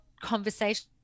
conversation